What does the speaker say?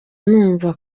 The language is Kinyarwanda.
numva